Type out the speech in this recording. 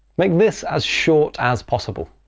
make this as short as possible.